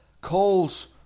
calls